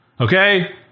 Okay